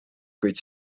kuid